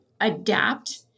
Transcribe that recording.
adapt